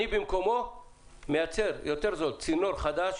אני במקומו מייצר צינור חדש